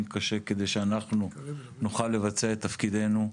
קשה כדי שאנחנו נוכל לבצע את תפקידנו.